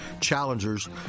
challengers